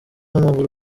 w’amaguru